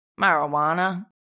Marijuana